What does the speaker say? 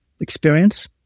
experience